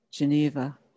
Geneva